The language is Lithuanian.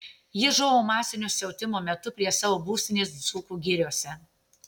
jis žuvo masinio siautimo metu prie savo būstinės dzūkų giriose